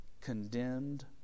Condemned